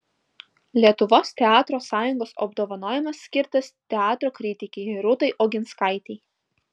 lietuvos teatro sąjungos apdovanojimas skirtas teatro kritikei rūtai oginskaitei